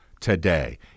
today